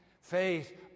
Faith